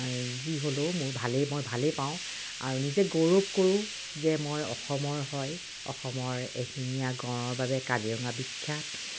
যি হ'লেও মোৰ ভালেই মই ভালেই পাওঁ আৰু নিজে গৌৰৱ কৰোঁ যে মই অসমৰ হয় অসমৰ এশিঙীয়া গঁড়ৰ বাবে কাজিৰঙা বিখ্যাত